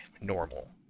normal